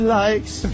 likes